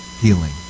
healing